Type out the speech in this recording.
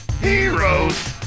heroes